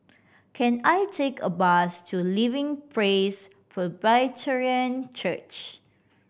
can I take a bus to Living Praise Presbyterian Church